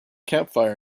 campfire